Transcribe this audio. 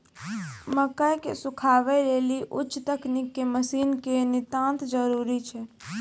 मकई के सुखावे लेली उच्च तकनीक के मसीन के नितांत जरूरी छैय?